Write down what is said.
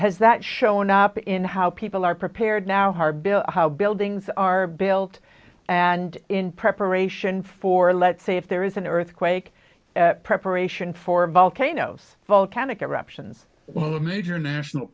has that shown up in how people are prepared now garbage how buildings are built and in preparation for let's say if there is an earthquake at preparation for a volcano of volcanic eruptions well a major national